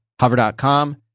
Hover.com